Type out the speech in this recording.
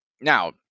Now